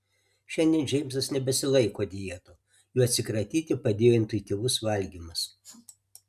šiandien džeimsas nebesilaiko dietų jų atsikratyti padėjo intuityvus valgymas